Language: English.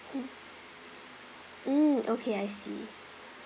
mm okay I see